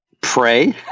Pray